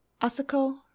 Asako